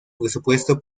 presupuesto